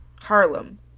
Harlem